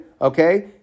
Okay